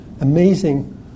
amazing